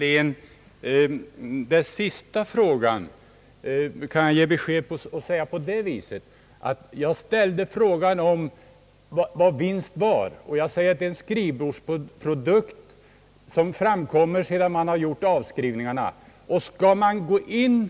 På det sista kan jag svara så, herr Dahlén, att jag ställde frågan om vad vinst var. Enligt min uppfattning är det en skrivbordsprodukt som framkommer sedan man gjort avskrivningarna.